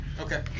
Okay